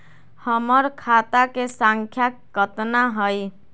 हमर खाता के सांख्या कतना हई?